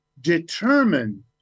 determined